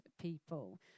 people